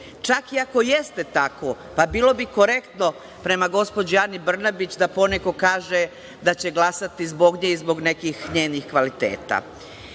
Čak i ako jeste tako, pa bilo bi korektno prema gospođi Ani Brnabić da poneko kaže da će glasati zbog nje i zbog nekih njenih kvaliteta. Onda